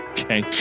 Okay